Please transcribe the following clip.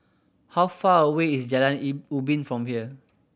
how far away is Jalan Ubin from here